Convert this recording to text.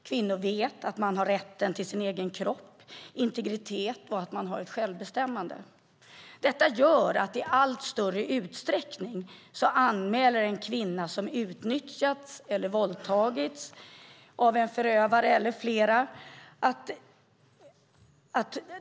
Kvinnor vet att de har rätten till sin egen kropp, integritet och eget självbestämmande. Detta gör att kvinnor som utnyttjats eller våldtagits i allt större utsträckning anmäler förövaren eller förövarna.